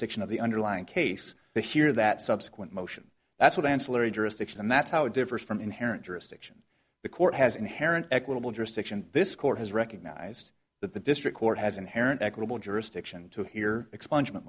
section of the underlying case but here that subsequent motion that's what ancillary jurisdiction and that's how it differs from inherent jurisdiction the court has inherent equitable jurisdiction this court has recognized that the district court has inherent equitable jurisdiction to hear exp